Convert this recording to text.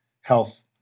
health